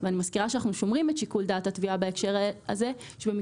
ואני מזכירה שאנחנו שומרים את שיקול דעת התביעה בהקשר הזה בהם